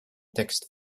text